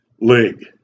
league